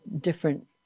different